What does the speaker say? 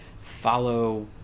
follow